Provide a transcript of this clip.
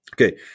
Okay